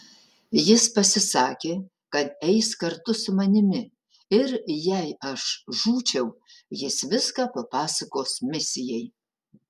jis pasisakė kad eis kartu su manimi ir jei aš žūčiau jis viską papasakos misijai